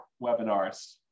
webinars